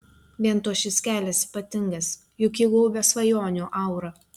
vien tuo šis kelias ypatingas juk jį gaubia svajonių aura